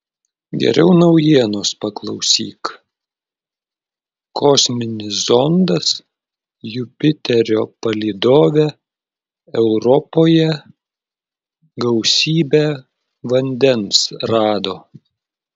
geriau naujienos paklausyk kosminis zondas jupiterio palydove europoje gausybę vandens rado